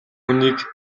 хүнийг